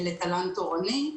לתל"ן תורני.